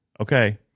Okay